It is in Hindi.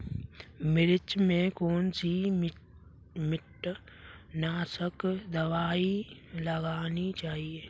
मिर्च में कौन सी कीटनाशक दबाई लगानी चाहिए?